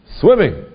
Swimming